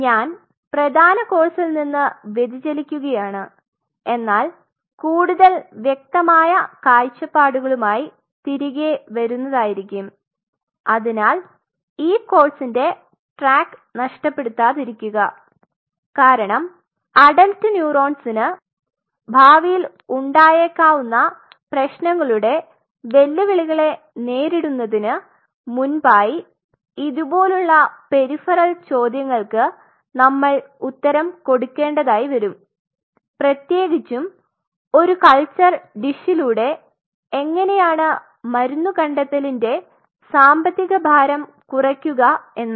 ഞാൻ പ്രധാന കോഴ്സിൽ നിന്ന് വ്യതിചലിക്കുകയാണ് എന്നാൽ കൂടുതൽ വ്യക്തമായ കാഴ്ചപ്പാടുകളുമായി തിരികെ വരുന്നതാരികും അതിനാൽ ഈ കോഴ്സിൻറ് ട്രാക്ക് നഷ്ടപെടുത്താതിരിക്കുകകാരണം അഡൽറ്റ് ന്യൂറോൻസിന് ഭാവിയിൽ ഉണ്ടായേക്കാവുന്ന പ്രേശ്നങ്ങളുടെ വെല്ലുവിളികളെ നേരിടുന്നതിന് മുൻപായി ഇതുപോലുള്ള പെരിഫെറൽ ചോദ്യങ്ങൾക്ക് നമ്മൾ ഉത്തരം കൊടുക്കേണ്ടതായി വരും പെത്യേകിച്ചും ഒരു കൾച്ചർ ഡിഷിലൂടെ എങ്ങനെയാണു മരുന്ന് കണ്ടെത്തലിന്റെ സാമ്പത്തിക ഭാരം കുറക്കുക എന്ന്